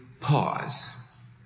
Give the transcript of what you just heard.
pause